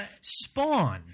Spawn